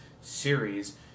series